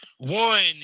one